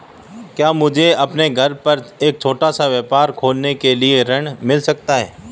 क्या मुझे अपने घर पर एक छोटा व्यवसाय खोलने के लिए ऋण मिल सकता है?